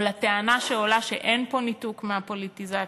או לטענה שעולה שאין פה ניתוק מהפוליטיזציה.